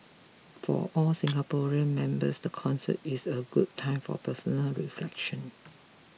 for our Singaporean members the concert is a good time for personal reflection